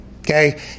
Okay